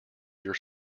your